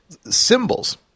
symbols